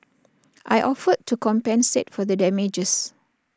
I offered to compensate for the damages